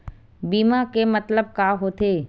बीमा के मतलब का होथे?